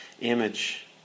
image